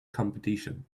competition